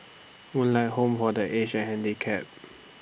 Moonlight Home For The Aged and Handicapped